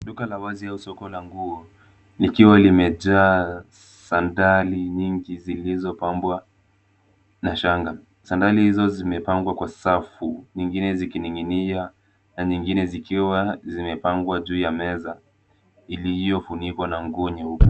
Duka la wazi au soko la nguo likiwa limejaa sandali nyingi zilizopambwa na shanga, sandali hizo zimepangwa kwa safu, zingine zikining'inia na zingine zikiwa zimepangwa juu ya meza iliyofunikwa na nguo nyeupe.